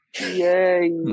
yay